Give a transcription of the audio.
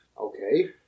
Okay